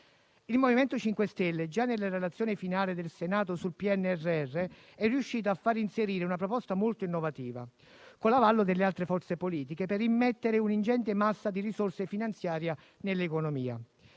Il MoVimento 5 Stelle, già nella relazione delle Commissioni riunite 5a e 14a sul PNRR, è riuscito a far inserire una proposta molto innovativa, con l'avallo delle altre forze politiche, per immettere un'ingente massa di risorse finanziarie nell'economia.